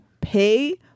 pay